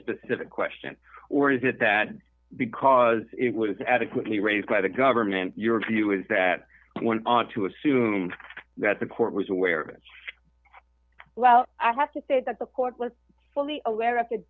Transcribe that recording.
specific question or is it that because it was adequately raised by the government your view is that one ought to assume that the court was aware of it well i have to say that the court was fully aware of